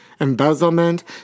Embezzlement